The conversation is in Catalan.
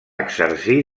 exercir